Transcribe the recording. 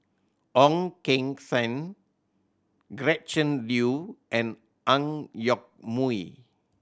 Ong Keng Sen Gretchen Liu and Ang Yoke Mooi